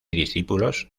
discípulos